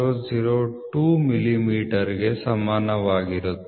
002 ಮಿಲಿಮೀಟರ್ಗೆ ಸಮಾನವಾಗಿರುತ್ತದೆ